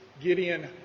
Gideon